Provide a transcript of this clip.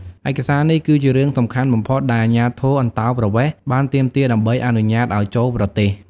ឯកសារនេះគឺជារឿងសំខាន់បំផុតដែលអាជ្ញាធរអន្តោប្រវេសន៍បានទាមទារដើម្បីអនុញ្ញាតឱ្យចូលប្រទេស។